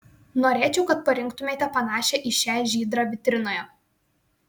norėčiau kad parinktumėte panašią į šią žydrą vitrinoje